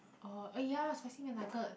orh ah ya spicy McNugget